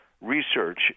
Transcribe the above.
research